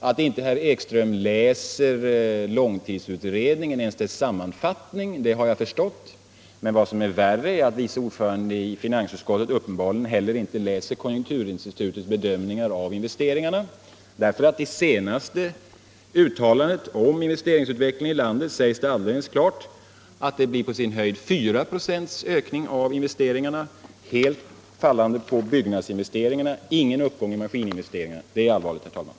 Att inte herr Ekström läser långtidsutredningens sammanfattning har jag ju förstått, men vad som är värre är att vice ordföranden i finansutskottet uppenbarligen inte heller läser konjunkturinstitutets bedömningar av investeringarna, eftersom det i senaste uttalandet om investeringsutvecklingen i landet alldeles klart sägs att det på sin höjd blir 4 96 ökning av investeringarna, helt fallande på byggnadsinvesteringarna, men ingen uppgång alls i maskininvesteringarna. Det är allvarligt, herr talman!